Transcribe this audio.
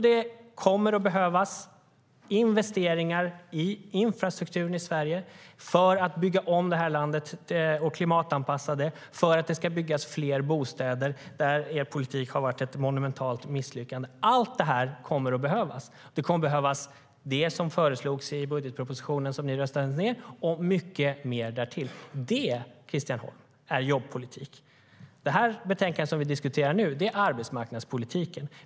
Det kommer att behövas investeringar i infrastrukturen i Sverige för att bygga om det här landet och klimatanpassa det, för att det ska byggas fler bostäder, där er politik har varit ett monumentalt misslyckande. Allt detta kommer att behövas. Det kommer att behövas det som föreslogs i budgetpropositionen som ni röstade ned och mycket mer därtill. Det, Christian Holm, är jobbpolitik. Det betänkande som vi diskuterar nu är arbetsmarknadspolitik.